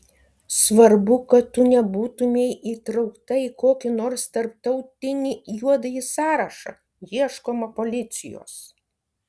svarbu kad tu nebūtumei įtraukta į kokį nors tarptautinį juodąjį sąrašą ieškoma policijos